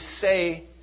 say